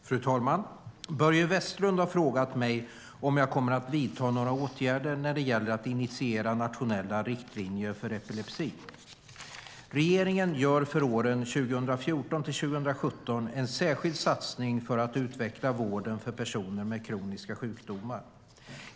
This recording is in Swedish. Fru talman! Börje Vestlund har frågat mig om jag kommer att vidta några åtgärder när det gäller att initiera nationella riktlinjer för epilepsi. Regeringen gör för åren 2014-2017 en särskild satsning för att utveckla vården för personer med kroniska sjukdomar.